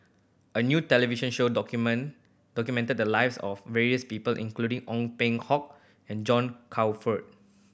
a new television show document documented the lives of various people including Ong Peng Hock and John Crawfurd